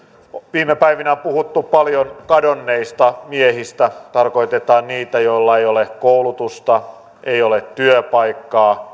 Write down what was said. viime päivinä on puhuttu paljon kadonneista miehistä tarkoitetaan niitä joilla ei ole koulutusta ei ole työpaikkaa